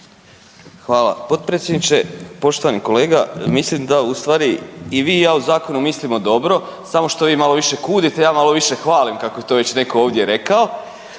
Hvala potpredsjedniče. Poštovani kolega, mislim da ustvari i vi i ja o zakonu mislimo dobro, samo što vi malo više kudite ja malo više hvalim kako je to već netko ovdje rekao,